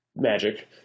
magic